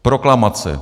Proklamace.